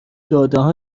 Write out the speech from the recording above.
دادهها